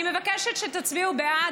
אני מבקשת שתצביעו בעד.